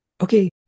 Okay